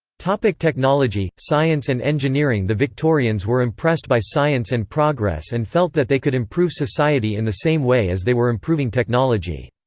like technology, science and engineering the victorians were impressed by science and progress and felt that they could improve society in the same way as they were improving technology.